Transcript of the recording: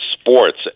sports